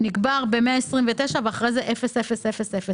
נגמר ב-129 ואחר כך אפס, אפס, אפס, אפס.